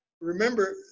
remember